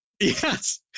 Yes